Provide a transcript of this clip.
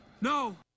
no